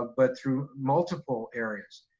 ah but through multiple areas.